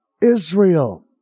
Israel